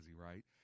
right